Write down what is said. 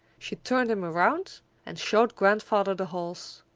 she turned him around and showed grandfather the holes.